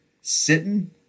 sitting